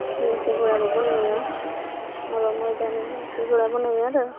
नेमखिफोराबो बनायो माबा माबि बानायो बनायो आरो